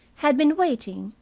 had been waiting,